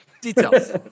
Details